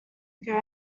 ago